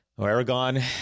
Aragon